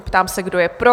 Ptám se, kdo je pro?